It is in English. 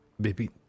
Baby